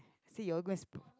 I said you all go and sp~